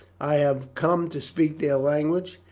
i have come to speak their language,